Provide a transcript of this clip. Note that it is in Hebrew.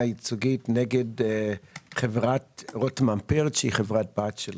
ייצוגית נגד רותם אמפרט שהיא חברה בת של